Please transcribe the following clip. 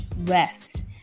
rest